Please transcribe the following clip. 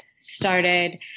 started